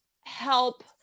help